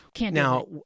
now